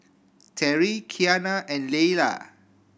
Terri Qiana and Leala